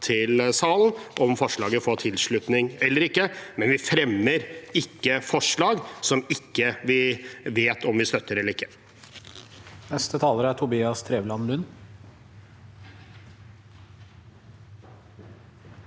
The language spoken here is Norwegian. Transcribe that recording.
til salen om forslaget får tilslutning eller ikke. Vi fremmer ikke forslag som vi ikke vet om vi støtter eller ikke. Tobias Drevland Lund